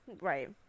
right